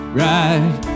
right